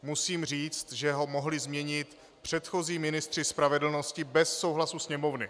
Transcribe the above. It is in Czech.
Musím říct, že ho mohli změnit předchozí ministři spravedlnosti bez souhlasu Sněmovny.